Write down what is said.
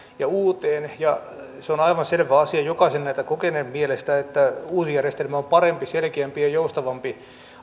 ja uuteen ja se on aivan selvä asia jokaisen näitä kokeneen mielestä että uusi järjestelmä on parempi selkeämpi ja joustavampi